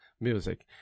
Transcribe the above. music